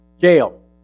Jail